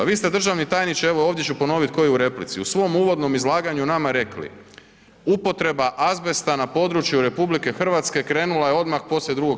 Vi ste državni tajniče, evo ovdje ću ponoviti ko i u replici u svom uvodnom izlaganju nama rekli, „upotreba azbesta na području RH krenula je odmah poslije II.